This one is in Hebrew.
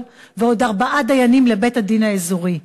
ועוד ארבעה דיינים לבית-הדין האזורי.